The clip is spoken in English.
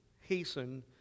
hasten